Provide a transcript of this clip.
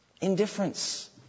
Indifference